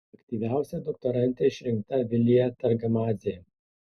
aktyviausia doktorante išrinkta vilija targamadzė